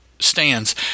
stands